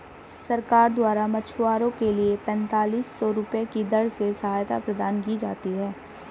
सरकार द्वारा मछुआरों के लिए पेंतालिस सौ रुपये की दर से सहायता प्रदान की जाती है